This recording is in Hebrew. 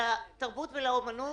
לתרבות ולאומנות